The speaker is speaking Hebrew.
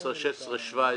2015, 2016 ו-2017